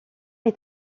est